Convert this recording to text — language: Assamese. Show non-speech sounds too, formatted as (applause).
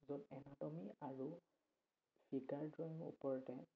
য'ত এনাট'মী আৰু (unintelligible) ড্ৰয়িং ওপৰতে